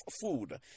food